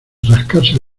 rascarse